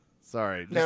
Sorry